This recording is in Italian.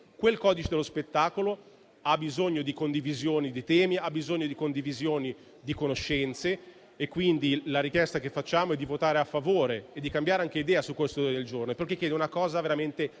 Quel codice dello spettacolo ha bisogno di condivisione di temi e conoscenze, quindi la richiesta che facciamo è di votare a favore e di cambiare anche idea su quest'ordine del giorno, perché chiede una cosa veramente